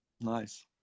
nice